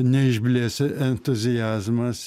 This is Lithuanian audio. neišblės entuziazmas